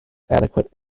adequate